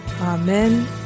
Amen